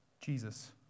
Jesus